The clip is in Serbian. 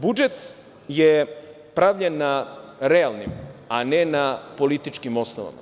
Budžet je pravljen na realnim, a ne na političkim osnovama.